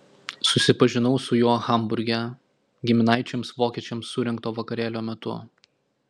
susipažinau su juo hamburge giminaičiams vokiečiams surengto vakarėlio metu